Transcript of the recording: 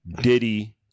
Diddy